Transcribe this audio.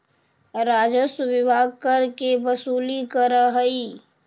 राजस्व विभाग कर के वसूली करऽ हई